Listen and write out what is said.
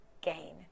gain